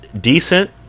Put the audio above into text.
decent